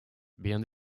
bien